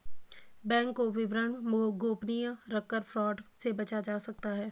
bank का विवरण गोपनीय रखकर फ्रॉड से बचा जा सकता है